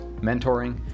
mentoring